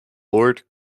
lord